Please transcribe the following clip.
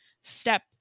step